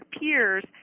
peers